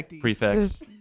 prefects